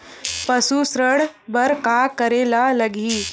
पशु ऋण बर का करे ला लगही?